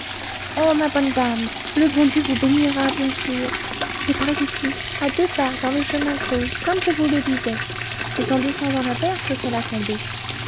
oh ma bonne dame le bon dieu vous bénira bien sûr c'est par ici à deux pas dans le chemin creux comme je vous le disais c'est en descendant la berge qu'elle a tombé